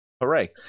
hooray